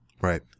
Right